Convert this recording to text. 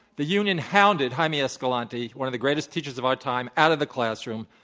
the union hounded jaime escalante, one of the greatest teachers of our time, out of the classroom